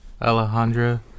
Alejandra